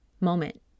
moment